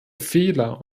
fehler